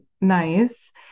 nice